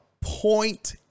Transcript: point